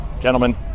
Gentlemen